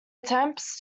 attempts